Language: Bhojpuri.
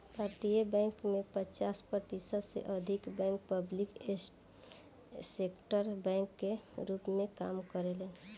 भारतीय बैंक में पचास प्रतिशत से अधिक बैंक पब्लिक सेक्टर बैंक के रूप में काम करेलेन